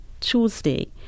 Tuesday